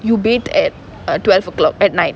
you bathe at twelve o'clock at night